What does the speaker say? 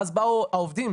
ואז באו העובדים,